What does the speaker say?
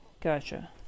gotcha